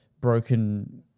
broken